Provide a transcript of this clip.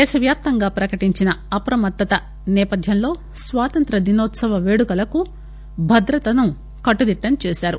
దేశ వ్యాప్తంగా ప్రకటించిన అప్రమత్తత సేపథ్యంలో స్వాతంత్ర్య దినోత్సవ పేడుకలకు భద్రతను కట్టుదిట్టం చేశారు